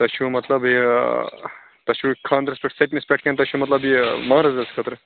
تۄہہِ چھُو مطلب یہِ تۄہہِ چھُو خاندرَس پٮ۪ٹھ سٔتمِس پٮ۪ٹھ کینٛہ تۄہہِ چھُو مطلب یہِ مہارازَس خٲطرٕ